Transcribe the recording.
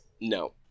No